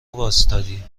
واستادی